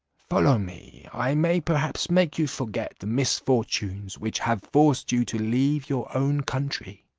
follow me i may perhaps make you forget the misfortunes which have forced you to leave your own country.